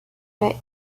der